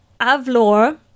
Avlor